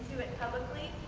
publicly.